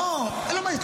לא, שנייה, שנייה.